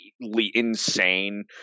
insane